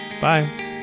Bye